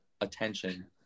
attention